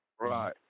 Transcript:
Right